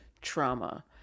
trauma